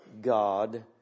God